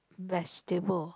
vegetable